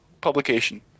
publication